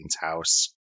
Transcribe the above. house